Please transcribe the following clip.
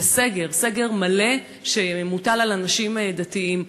זה סגר, סגר מלא שמוטל על אנשים דתיים.